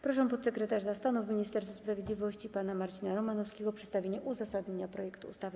Proszę podsekretarza stanu w Ministerstwie Sprawiedliwości pana Marcina Romanowskiego o przedstawienie uzasadnienia projektu ustawy.